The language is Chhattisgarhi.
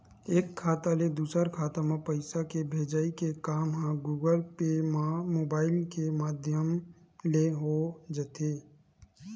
एक खाता ले दूसर खाता म पइसा के भेजई के काम ह गुगल पे म मुबाइल के माधियम ले हो जाथे